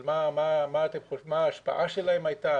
על מה ההשפעה שלהן הייתה,